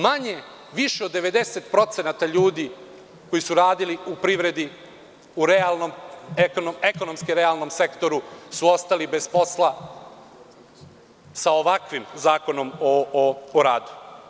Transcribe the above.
Manje, više od 90% ljudi koji su radili u privredi u realnom, ekonomski realnom sektoru su ostali bez posla sa ovakvim Zakonom o radu.